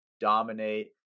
dominate